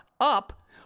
up